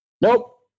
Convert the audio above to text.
Nope